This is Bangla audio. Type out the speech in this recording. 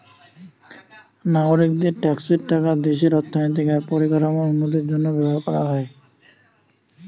নাগরিকদের ট্যাক্সের টাকা দেশের অর্থনৈতিক আর পরিকাঠামোর উন্নতির জন্য ব্যবহার কোরা হয়